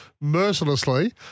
mercilessly